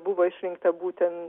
buvo išrinkta būtent